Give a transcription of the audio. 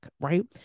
right